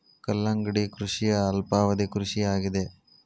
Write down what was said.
ಕಲ್ಲಂಗಡಿ ಕೃಷಿಯ ಅಲ್ಪಾವಧಿ ಕೃಷಿ ಆಗಿದೆ